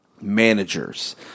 managers